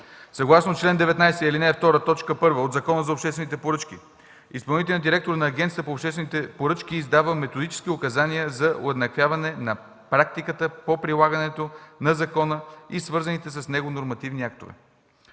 Съгласно чл. 19, ал. 2, т. 1 от Закона за обществените поръчки изпълнителният директор на Агенцията по обществените поръчки издава Методически указания за уеднаквяване на практиката по прилагането на закона и свързаните с него нормативни актове.